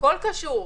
הכול קשור.